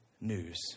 news